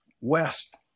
West